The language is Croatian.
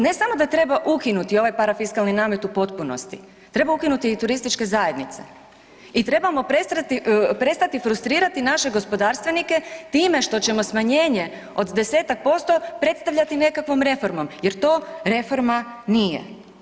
Ne samo da treba ukinuti ovaj parafiskalni namet u potpunosti, treba ukinuti i turističke zajednice i trebamo prestati frustrirati naše gospodarstvenike time što ćemo smanjenje od 10-tak% predstavljati nekakvom reformom jer to reforma nije.